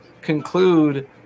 conclude